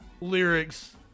lyrics